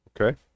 Okay